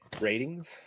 ratings